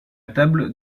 table